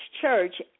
Church